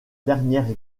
dernière